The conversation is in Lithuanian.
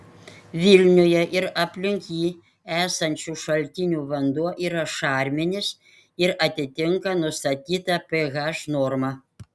vilniuje ir aplink jį esančių šaltinių vanduo yra šarminis ir atitinka nustatytą ph normą